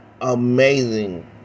amazing